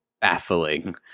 Baffling